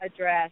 address